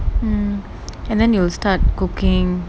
mm and then you will start cooking